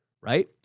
right